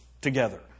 together